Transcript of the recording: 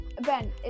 ben